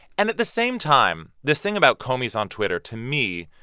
and at the same time, this thing about comey's on twitter, to me,